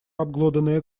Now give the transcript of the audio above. обглоданные